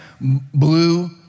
blue